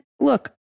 look